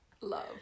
love